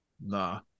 Nah